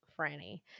franny